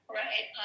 right